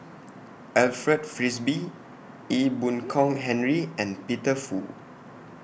Alfred Frisby Ee Boon Kong Henry and Peter Fu